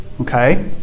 Okay